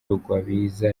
rugwabiza